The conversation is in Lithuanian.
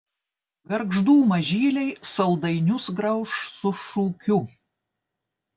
gargždų mažyliai saldainius grauš su šūkiu